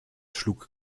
schlug